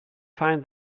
find